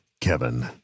Kevin